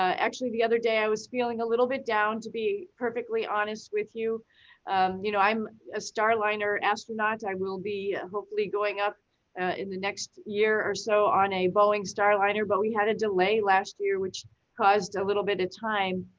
actually, the other day, i was feeling a little bit down to be perfectly honest with you. you know i'm a starliner astronaut. i will be hopefully going up in the next year or so on a boeing starliner, but we had a delay last year, which caused a little bit of time.